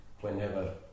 whenever